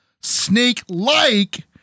snake-like